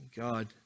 God